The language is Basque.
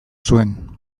zuen